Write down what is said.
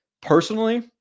personally